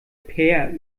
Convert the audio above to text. peer